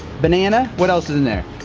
banana? what else is in there?